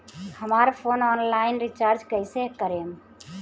हमार phone online recharge कईसे करेम?